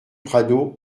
prado